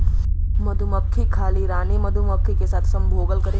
मधुमक्खी खाली रानी मधुमक्खी के साथ संभोग करेला